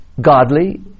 godly